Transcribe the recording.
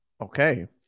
Okay